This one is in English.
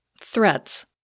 Threats